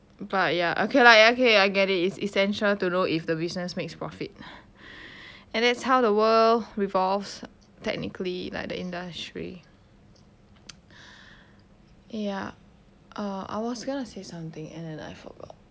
but ya okay lah ya okay I get it is essential to know if the business makes profit and that's how the world revolves technically like the industry ya err I was gonna say something and then I forgot